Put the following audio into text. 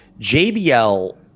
JBL